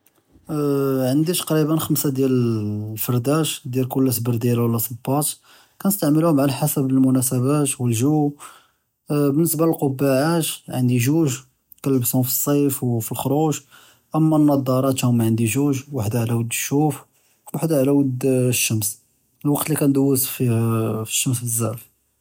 עַנְדִי תַקרִיבַּא חַמְסָה דִיַאל לְפְרָדַאת דִיַאל כֹּל סְבַּרְדִילָה וְלָא סְבַּאט כּנְסְתַעְמְלְהֹם עַלَى חְסַב לְמֻנַאסְבַּات וּלְגַּוּ בִּנְסְבַּה לְלְקַבַּעַאת עַנְדִי גּוּז' כּנְלְבְּסְהֹם פִּלְסִיף וּפַלְחֻ'רוֹג אַמָּא לַנְזַּארַאת הוּמַּה עַנְדִי גּוּז' וְחֶדַא עַלَى וְדּ אֶשּׁוּף וְחֶדַא עַלَى וְדּ אֶשֶּׁמְש הַוַקְת לִי כּנְדּוּז פִּאֶשֶּׁמְש בְּזַאף.